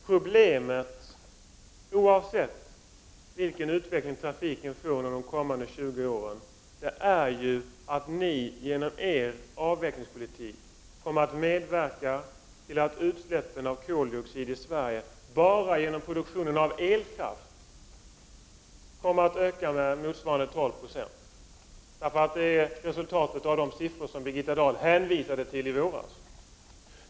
Problemet är — oavsett vilken utveckling trafiken får under de kommande tjugo åren — att ni genom er avvecklingspolitik kommer att medverka till att utsläppen av koldioxid i Sverige, bara genom produktionen av elkraft, kommer att öka med 12 96. Det är resultatet av de siffror som Birgitta Dahl hänvisade till i våras.